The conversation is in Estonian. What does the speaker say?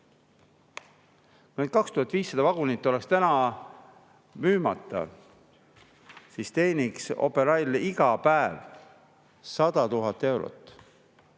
Kui need 2500 vagunit oleks müümata, siis teeniks Operail nüüd iga päev 100 000 eurot.